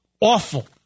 Awful